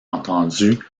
entendu